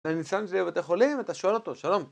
אתה נמצא עם זה בבתי חולים ואתה שואל אותו שלום